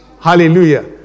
Hallelujah